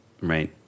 right